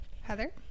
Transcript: Heather